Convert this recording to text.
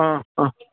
ആ ആ